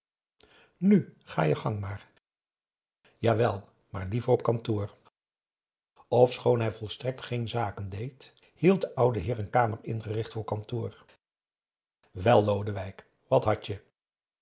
nu ga je gang maar jawel maar liever op uw kantoor ofschoon hij volstrekt geen zaken deed hield de oude heer een kamer ingericht voor kantoor wel lodewijk wat had je